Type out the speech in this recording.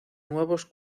nuevos